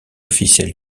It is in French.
officielle